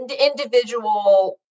individual